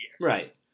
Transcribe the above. Right